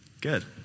Good